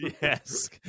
Yes